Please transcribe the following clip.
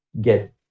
get